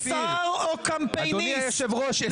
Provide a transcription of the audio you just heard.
אדוני היושב-ראש,